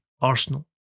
Arsenal